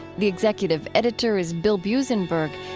the executive editor is bill buzenberg,